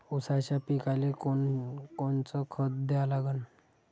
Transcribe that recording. ऊसाच्या पिकाले कोनकोनचं खत द्या लागन?